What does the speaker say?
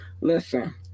Listen